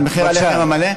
על מחיר הלחם המלא?